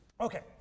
Okay